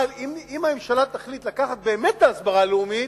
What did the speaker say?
אבל אם הממשלה תחליט לקחת באמת את ההסברה הלאומית,